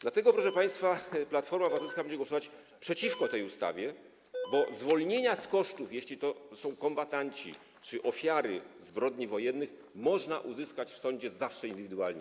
Dlatego, proszę państwa, Platforma Obywatelska będzie głosować przeciwko tej ustawie, bo zwolnienia z kosztów, jeśli to są kombatanci czy ofiary zbrodni wojennych, można zawsze uzyskać w sądzie indywidualnie.